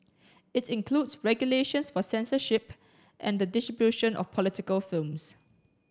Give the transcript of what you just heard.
it includes regulations for censorship and the distribution of political films